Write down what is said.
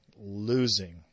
losing